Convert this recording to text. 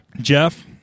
Jeff